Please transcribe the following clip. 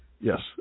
Yes